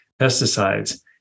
pesticides